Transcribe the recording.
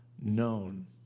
known